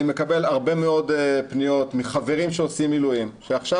אני מקבל הרבה מאוד פניות מחברים שעושים מילואים שעכשיו